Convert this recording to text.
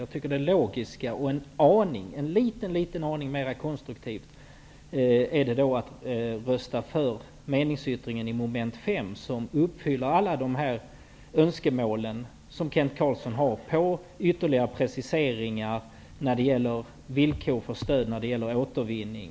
Jag tycker att det logiska och en aning mer konstruktivt vore att rösta för meningsyttringen i mom. 5, som uppfyller Kent Carlsson önskemål om en ytterligare precisering av villkoren för stöd och återvinning.